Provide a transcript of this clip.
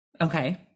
okay